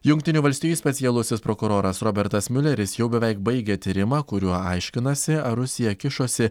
jungtinių valstijų specialusis prokuroras robertas miuleris jau beveik baigė tyrimą kuriuo aiškinasi ar rusija kišosi